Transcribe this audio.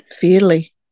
fairly